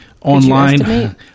Online